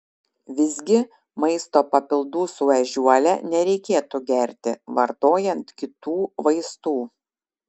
visgi maisto papildų su ežiuole nereikėtų gerti vartojant kitų vaistų